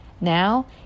Now